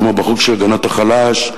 כמו בחוק להגנת החלש,